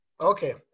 Okay